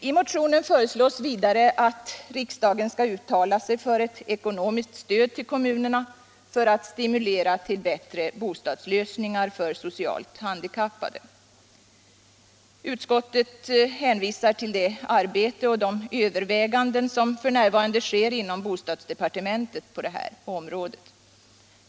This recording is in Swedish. I motionen föreslås vidare att riksdagen skall uttala sig för ett ekonomiskt stöd till kommunerna för att stimulera till bättre bostadslösningar för socialt handikappade. Utskottet hänvisar till det arbete och de överväganden som f. n. sker inom bostadsdepartementet på det här området.